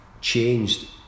changed